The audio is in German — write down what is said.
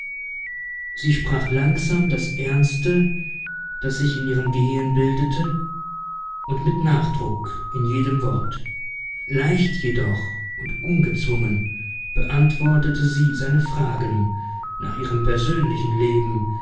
sie sprach langsam das ernste das sich in ihrem gehirn bildete und mit nachdruck in jedem wort leicht jedoch und ungezwungen beantwortete sie seine fragen nach ihrem persönlichen leben